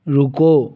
रुको